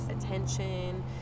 attention